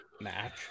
match